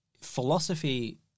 philosophy